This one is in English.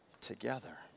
together